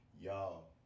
y'all